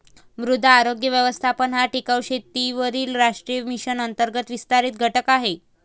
मृदा आरोग्य व्यवस्थापन हा टिकाऊ शेतीवरील राष्ट्रीय मिशन अंतर्गत विस्तारित घटक आहे